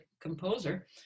composer